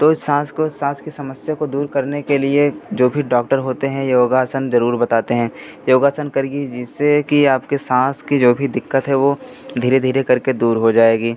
तो इस साँस को साँस की समस्या को दूर करने के लिए जो भी डॉक्टर होते हैं योगासन ज़रूर बताते हैं योगासन करिए जिससे कि आपके साँस की जो भी दिक्कत है वो धीरे धीरे करके दूर हो जाएगी